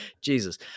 Jesus